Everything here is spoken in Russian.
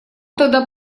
тогда